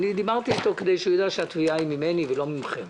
דיברתי איתו כדי שהוא יידע שהתביעה היא ממני ולא מכם.